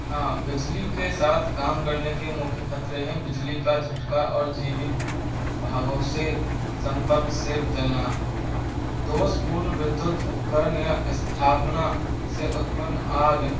हाँ बिजली के साथ काम करने के मुख्य खतरे हैं बिजली का झटका और जीवित भागों से संपर्क से जलना दोशपूर्ण विद्युत उपकरण या स्थापना से उत्पन्न आग